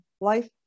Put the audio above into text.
life